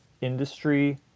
industry